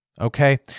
okay